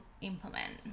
implement